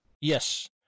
Yes